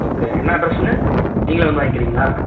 okay என்ன அட்ரஸ்ஸுங்க நீங்களே வந்து வாங்கிக்கிறீங்களா